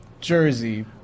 Jersey